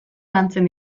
lantzen